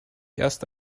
erst